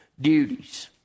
duties